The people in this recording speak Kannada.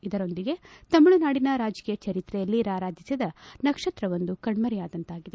ಇದರೊಂದಿಗೆ ತಮಿಳುನಾಡಿನ ರಾಜಕೀಯ ಚರಿತ್ರೆಯಲ್ಲಿ ರಾರಾಜಿಸಿದ ನಕ್ಷತ್ರವೊಂದು ಕಣ್ಮರೆಯಾದಂತಾಗಿದೆ